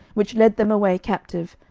which led them away captive,